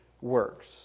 works